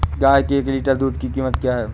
गाय के एक लीटर दूध की कीमत क्या है?